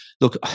look